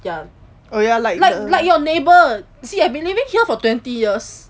ya oh ya like like like your neighbour see I've been living here for twenty years